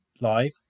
live